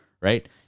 right